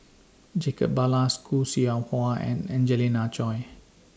Jacob Ballas Khoo Seow Hwa and Angelina Choy